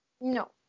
No